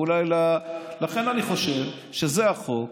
לכן אני חושב שזה החוק.